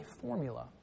formula